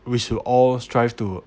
we should all strive to